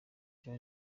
jan